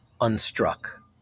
unstruck